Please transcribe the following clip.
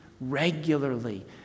regularly